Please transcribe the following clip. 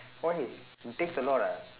why you text a lot ah